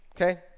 okay